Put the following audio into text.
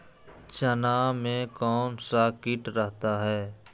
चना में कौन सा किट रहता है?